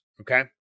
okay